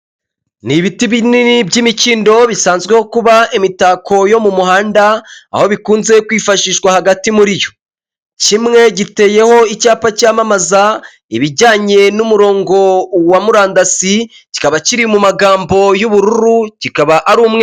Ni ibiti binini by'imikindo bisanzweho kuba imitako yo mu muhanda aho bikunze kwifashishwa hagati muri yo, kimwe giteyeho icyapa cyamamaza ibijyanye n'umurongo wa murandasi kikaba kiri mu magambo y'ubururu kikaba ari umweru.